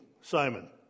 Simon